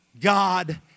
God